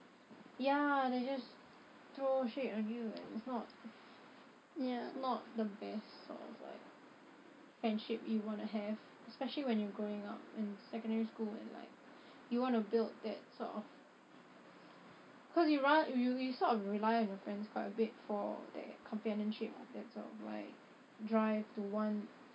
ya they just throw shade on you and it's not it's not the best sort of like friendship you want to have especially when you're growing up in secondary school and like you wanna build that sort of cause you ra~ you sort of rely on your friends quite a bit for that companionship that sort of like drive to want